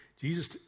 Jesus